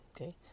okay